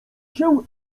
się